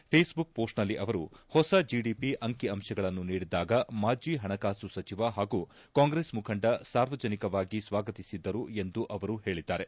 Facebook ಮೋಸ್ಟ್ನಲ್ಲಿ ಅವರು ಹೊಸ ಜಿಡಿಪಿ ಅಂಕಿ ಅಂಶಗಳನ್ನು ನೀಡಿದ್ದಾಗ ಮಾಜಿ ಹಣಕಾಸು ಸಚಿವ ಹಾಗೂ ಕಾಂಗ್ರೆಸ್ ಮುಖಂಡ ಸಾರ್ವಜನಿಕವಾಗಿ ಸ್ವಾಗತಿಸಿದ್ದರು ಎಂದು ಅವರು ಹೇಳಿದ್ದಾರೆ